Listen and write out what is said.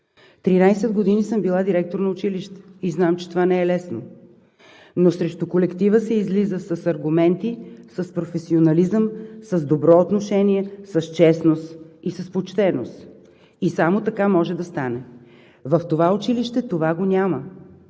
години съм била директор на училище и знам, че това не е лесно, но срещу колектива се излиза с аргументи, с професионализъм, с добро отношение, с честност и с почтеност и само така може да стане. В това училище това го няма.